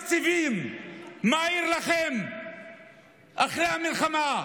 ראש אגף תקציבים מעיר לכם אחרי המלחמה,